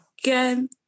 Again